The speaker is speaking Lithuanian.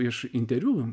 iš interviu